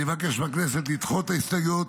אני מבקש מהכנסת לדחות את ההסתייגויות